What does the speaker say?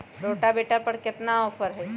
Rotavator पर केतना offer हव?